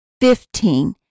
Fifteen